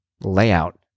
layout